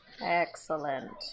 Excellent